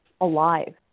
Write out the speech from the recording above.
alive